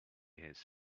his